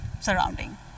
surrounding